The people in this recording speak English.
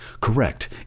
Correct